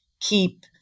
Keep